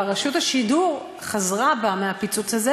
רשות השידור כבר חזרה בה מהפיצוץ הזה